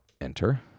Enter